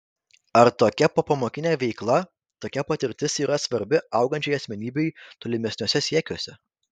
ar tokia popamokinė veikla tokia patirtis yra svarbi augančiai asmenybei tolimesniuose siekiuose